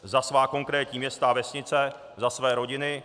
Za svá konkrétní města a vesnice, za své rodiny.